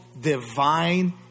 divine